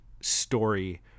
story